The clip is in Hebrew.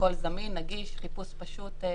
הכול זמין ונגיש, חיפוש פשוט.